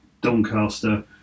Doncaster